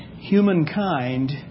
humankind